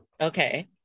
okay